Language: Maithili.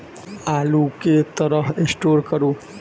आलु केँ कतह स्टोर करू?